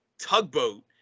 Tugboat